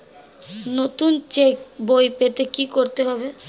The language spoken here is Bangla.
নতুন চেক বই পেতে কী করতে হবে?